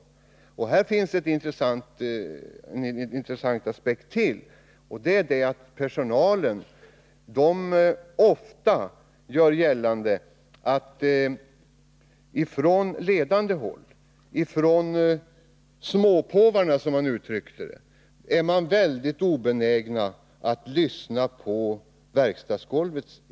Torsdagen den Här finns det ytterligare en intressant aspekt, nämligen den att personalen 23 oktober 1980 gör gällande att man på ledande håll — från småpåvarna som man säger är = mycket obenägen att lyssna på önskemålen på verkstadsgolvet.